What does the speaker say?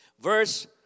Verse